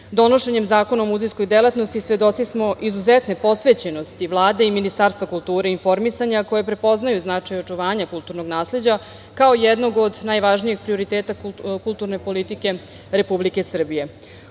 muzeja. Donošenjem Zakona o muzejskoj delatnosti svedoci smo izuzetne posvećenosti Vlada i Ministarstva kulture i informisanja koja prepoznaju značaj očuvanja kulturnog nasleđa kao jednog od najvažnijeg prioriteta kulturne politike Republike